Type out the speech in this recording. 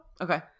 Okay